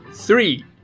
Three